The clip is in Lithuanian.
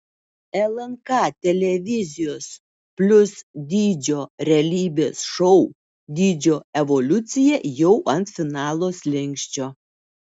lnk televizijos plius dydžio realybės šou dydžio evoliucija jau ant finalo slenksčio